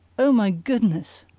oh, my goodness!